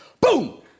boom